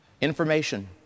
Information